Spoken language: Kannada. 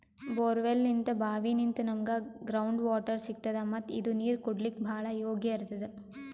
ಬೋರ್ವೆಲ್ನಿಂತ್ ಭಾವಿನಿಂತ್ ನಮ್ಗ್ ಗ್ರೌಂಡ್ ವಾಟರ್ ಸಿಗ್ತದ ಮತ್ತ್ ಇದು ನೀರ್ ಕುಡ್ಲಿಕ್ಕ್ ಭಾಳ್ ಯೋಗ್ಯ್ ಇರ್ತದ್